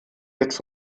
jetzt